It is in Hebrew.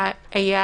מה היה